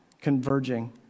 converging